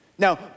Now